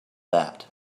that